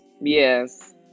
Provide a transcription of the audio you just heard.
Yes